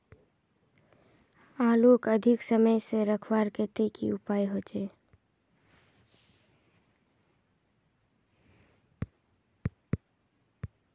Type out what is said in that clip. आलूक अधिक समय से रखवार केते की उपाय होचे?